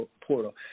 portal